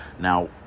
Now